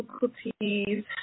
difficulties